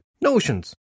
Notions